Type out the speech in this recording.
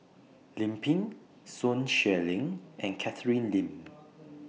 Lim Pin Sun Xueling and Catherine Lim